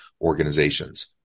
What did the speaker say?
Organizations